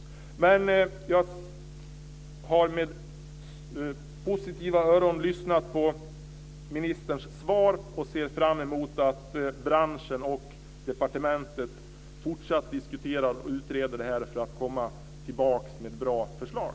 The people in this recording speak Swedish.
Jag har med positiva öron lyssnat på ministerns svar och ser fram emot att branschen och departementet fortsatt diskuterar och utreder det här för att komma tillbaka med ett bra förslag.